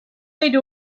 hiru